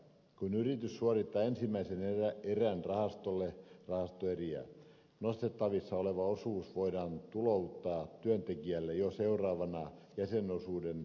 kun yritys suorittaa ensimmäisen erän rahastolle rahastoeriä nostettavissa oleva osuus voidaan tulouttaa työntekijälle jo seuraavana jäsenosuuden suorituspäivänä